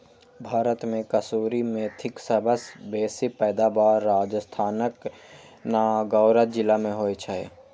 भारत मे कसूरी मेथीक सबसं बेसी पैदावार राजस्थानक नागौर जिला मे होइ छै